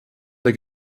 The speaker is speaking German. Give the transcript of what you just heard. der